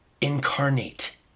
incarnate